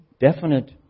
definite